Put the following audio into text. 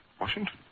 Washington